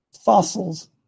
fossils